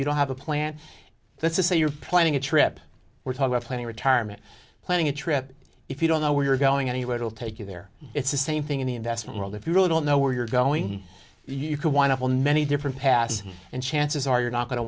you don't have a plan let's say you're planning a trip we're talking of planning retirement planning a trip if you don't know where you're going anywhere it will take you there it's the same thing in the investment world if you really don't know where you're going you could wind up on many different pass and chances are you're not going to